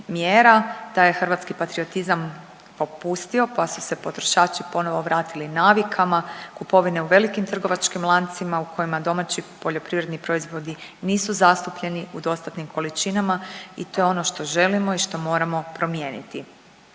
taj je hrvatski patriotizam popustio pa su se potrošači ponovo vratili navikama kupovine u velikim trgovačkim lancima u kojima domaći poljoprivredni proizvodi nisu zastupljeni u dostatnim količinama i to je ono što želimo i što moramo promijeniti.